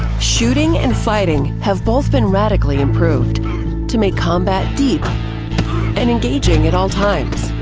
shooting and fighting have both been radically improved to make combat deep and engaging at all times.